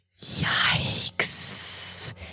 Yikes